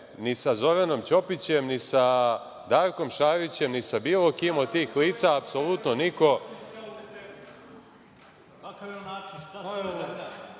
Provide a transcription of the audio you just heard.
ni sa Zoranom Ćopićem ni sa Darkom Šarićem ni sa bilo kim od tih lica apsolutno niko…(Srđan